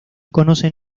conocen